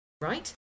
right